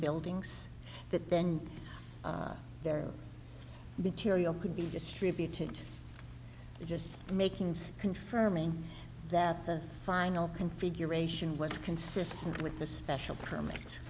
buildings that then their material could be distributed just makings confirming that the final configuration was consistent with the special permit